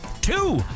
two